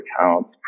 accounts